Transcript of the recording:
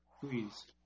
please